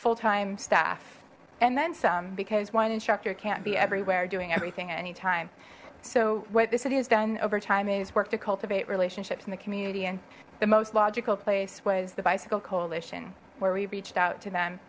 full time staff and then some because one instructor can't be everywhere doing everything at any time so what the city has done over time is work to cultivate relationships in the community and the most logical place was the bicycle coalition where we reached out to them